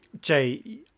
Jay